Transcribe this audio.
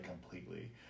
completely